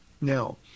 Now